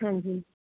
ਹਾਂਜੀ